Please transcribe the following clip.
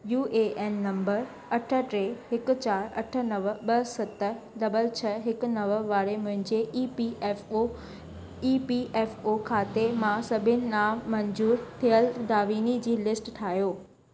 U A N number अठ टे हिकु चारि अठ नव ॿ सत डबल छह हिकु नव वारे मुंहिंजे E P F O E P F O खाते मां सभिनी ना मंज़ूरु थियल दाविनी जी लिस्ट ठाहियो